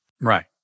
Right